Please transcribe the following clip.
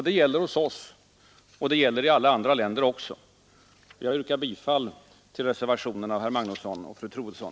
Det gäller hos oss och det gäller i alla andra länder. Jag yrkar bifall till reservationen av herr Magnusson i Borås och fru Troedsson.